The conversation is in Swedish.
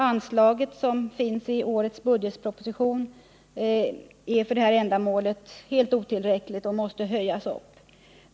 Anslaget i årets budgetproposition är helt otillräckligt för detta ändamål och måste höjas.